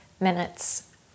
minutes